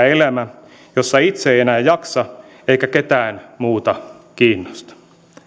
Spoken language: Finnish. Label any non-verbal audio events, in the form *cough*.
*unintelligible* elämä jossa itse ei enää jaksa eikä ketään muuta kiinnosta